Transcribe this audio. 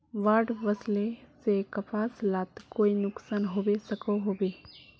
बाढ़ वस्ले से कपास लात कोई नुकसान होबे सकोहो होबे?